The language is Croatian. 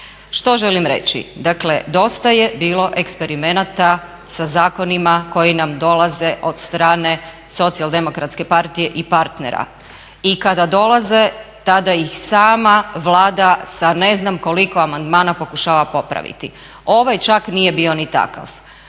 Što želim reći? Dakle, dosta je bilo eksperimenata sa zakonima koji nam dolaze od strane SDP-a i partnera. I kada dolaze tada ih sama Vlada sa ne znam koliko amandmana pokušava popraviti. Ovaj čak nije bio ni takav.